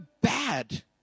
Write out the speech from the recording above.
bad